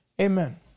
Amen